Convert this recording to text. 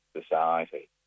society